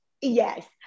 Yes